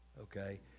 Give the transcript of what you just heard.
Okay